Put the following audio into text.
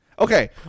Okay